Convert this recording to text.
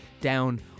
down